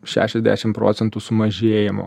šešiasdešim procentų sumažėjimo